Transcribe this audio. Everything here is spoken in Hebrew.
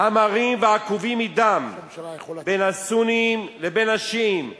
המרים והעקובים מדם בין הסונים לבין השיעים בעירק,